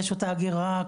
רשות ההגירה,